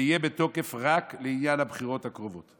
ויהיה בתוקף רק לעניין הבחירות הקרובות.